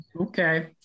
Okay